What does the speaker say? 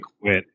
quit